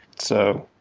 so,